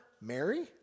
Mary